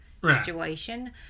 situation